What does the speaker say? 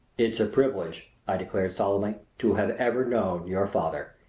it's a privilege, i declared solemnly, to have ever known your father!